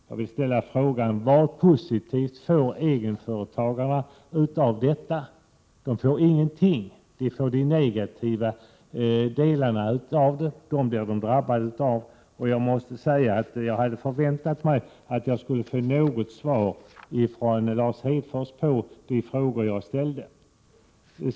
Jag vill då fråga: Får egenföretagarna ut någonting positivt av detta? De får ingenting, utan de blir drabbade av de negativa delarna. Jag måste säga att jag hade förväntat mig att få något svar ifrån Lars Hedfors på de frågor jag tidigare ställde.